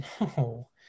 no